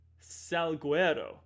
Salguero